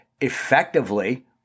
effectively